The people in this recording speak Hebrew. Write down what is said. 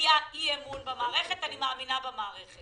מאמינה במערכת.